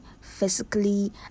physically